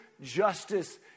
Justice